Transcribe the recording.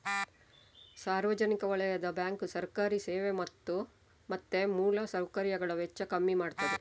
ಸಾರ್ವಜನಿಕ ವಲಯದ ಬ್ಯಾಂಕು ಸರ್ಕಾರಿ ಸೇವೆ ಮತ್ತೆ ಮೂಲ ಸೌಕರ್ಯಗಳ ವೆಚ್ಚ ಕಮ್ಮಿ ಮಾಡ್ತದೆ